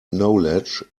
knowledge